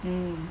mm